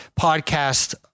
podcast